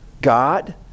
God